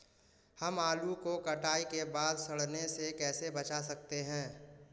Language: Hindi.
हम आलू को कटाई के बाद सड़ने से कैसे बचा सकते हैं?